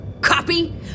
Copy